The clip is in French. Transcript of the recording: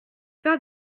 faire